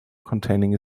containing